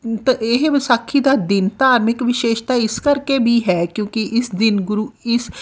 ਤਾਂ ਇਹ ਵਿਸਾਖੀ ਦਾ ਦਿਨ ਧਾਰਮਿਕ ਵਿਸ਼ੇਸ਼ਤਾ ਇਸ ਕਰਕੇ ਵੀ ਹੈ ਕਿਉਂਕਿ ਇਸ ਦਿਨ ਗੁਰੂ ਇਸ